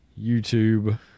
YouTube